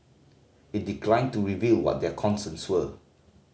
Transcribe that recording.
it declined to reveal what their concerns were